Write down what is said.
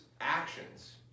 actions